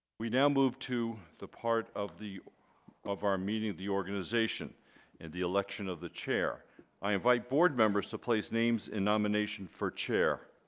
we now move to the part of the of our meeting the organization and the election of the chair i invite board members to place names in nomination for chair